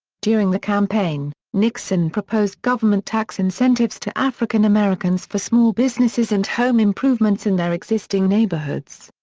during the campaign, nixon proposed government tax incentives to african americans for small businesses and home improvements in their existing neighborhoods.